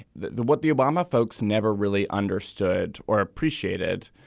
the the what the obama folks never really understood or appreciated